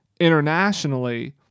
internationally